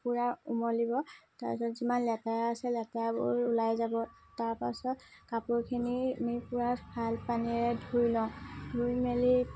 পূৰা কোমলিব তাৰপিছত যিমান লেতেৰা আছে লেতেৰাবোৰ ওলাই যাব তাৰপাছত কাপোৰখিনি আমি পূৰা ভাল পানীৰে ধুই ল'ম ধুই মেলি